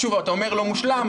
אתה אומר שהחוק לא מושלם,